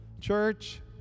church